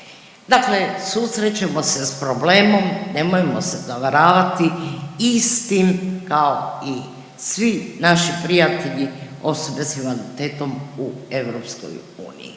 Dakle susrećemo se s problemom, nemojmo se zavaravati, istim kao i svi naši prijatelji osobe s invaliditetom u EU.